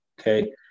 Okay